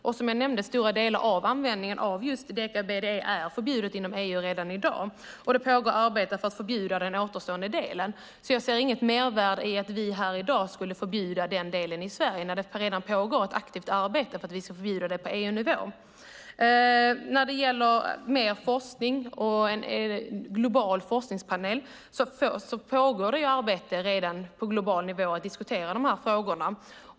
Och som jag nämnde är stora delar av användningen av just deka-BDE förbjuden inom EU redan i dag, och det pågår arbete för att förbjuda den återstående delen. Jag ser därför inget mervärde i att vi här i dag skulle förbjuda den delen i Sverige när det redan pågår ett aktivt arbete för att vi ska förbjuda det på EU-nivå. När det gäller mer forskning och en global forskningspanel pågår det redan ett arbete på global nivå med att diskutera de här frågorna.